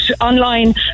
online